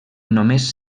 només